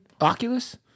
Oculus